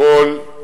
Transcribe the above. הכול,